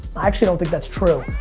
i actually don't think that's true.